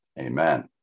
amen